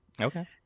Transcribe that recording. Okay